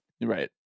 right